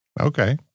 Okay